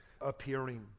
appearing